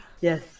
Yes